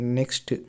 next